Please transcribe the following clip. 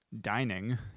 dining